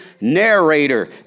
narrator